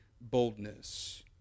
boldness